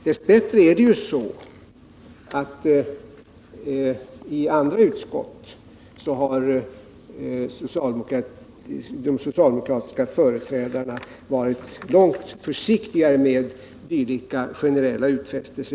Dess bättre är det så, att de socialdemokratiska företrädarna i andra utskott har varit långt försiktigare med dylika generella utfästelser.